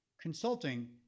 Consulting